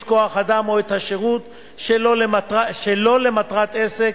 כוח-אדם או את השירות שלא למטרת עסק,